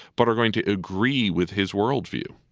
but are going to agree with his worldview